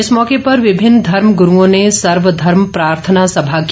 इस मौके पर विभिन्न धर्म ग्रूओं ने सर्वधर्म प्रार्थना सभा की